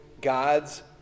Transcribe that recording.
God's